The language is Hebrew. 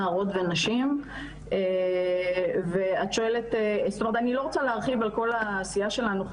נערות ונשים ואני לא רוצה להרחיב על כל העשייה שלנו,